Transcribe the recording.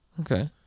Okay